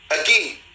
Again